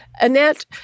Annette